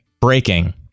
breaking